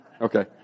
Okay